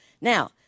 Now